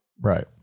Right